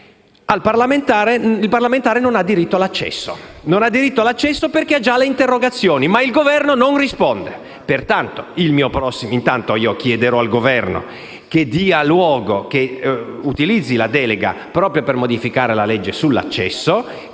il parlamentare non ha diritto all'accesso perché ha già le interrogazioni, ma il Governo non risponde. Intanto chiederò al Governo che utilizzi la delega proprio per modificare la legge sull'accesso,